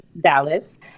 Dallas